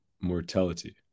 mortality